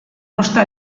posta